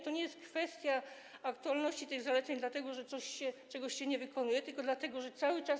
To nie jest kwestia aktualności tych zaleceń, dlatego że czegoś się nie wykonuje, tylko dlatego że cały czas.